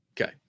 Okay